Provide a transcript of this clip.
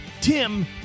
Tim